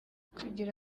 kugira